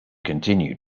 continue